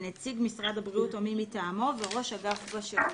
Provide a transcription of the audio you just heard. נציג משרד הבריאות או מי מטעמו וראש אגף בשירות.